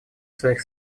своих